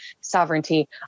sovereignty